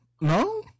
No